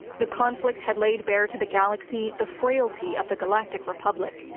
the conflict had laid bare to the galaxy the frailty of the galactic republic,